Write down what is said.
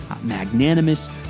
magnanimous